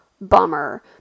bummer